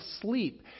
sleep